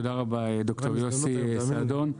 תודה רבה ד"ר יוסי סעדון.